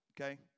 okay